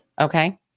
okay